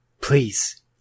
Please